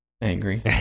angry